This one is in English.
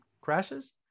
crashes